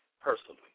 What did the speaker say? personally